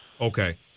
Okay